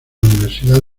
universidad